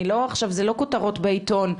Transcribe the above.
זה לא כותרות בעיתון,